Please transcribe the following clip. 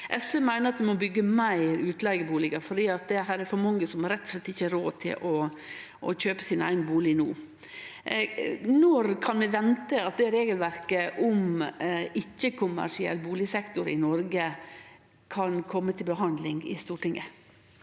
SV meiner at vi må byggje fleire utleigebustader, for det er for mange som rett og slett ikkje har råd til å kjøpe sin eigen bustad no. Når kan vi vente at regelverket om ikkje-kommersiell bustadsektor i Noreg kan kome til behandling i Stortinget?